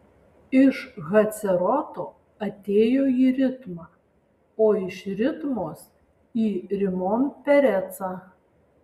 iš haceroto atėjo į ritmą o iš ritmos į rimon perecą